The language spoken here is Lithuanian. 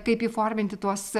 kaip įforminti tuos